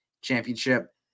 championship